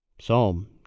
Psalm